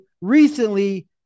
recently